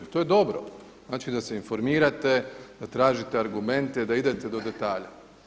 I to je dobro, znači da se informirate, da tražite argumente, da idete do detalja.